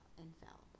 infallible